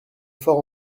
fort